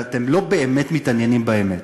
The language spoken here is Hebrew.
הרי אתם לא באמת מתעניינים באמת.